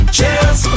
Cheers